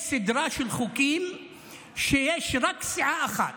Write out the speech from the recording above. יש סדרה של חוקים שבהם יש רק סיעה אחת,